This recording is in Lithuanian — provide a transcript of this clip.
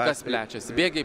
kas plečiasi bėgiai